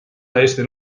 täiesti